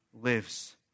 Lives